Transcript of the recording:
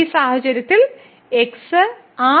ഈ സാഹചര്യത്തിൽ x r